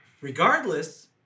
Regardless